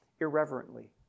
irreverently